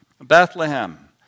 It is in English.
Bethlehem